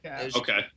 Okay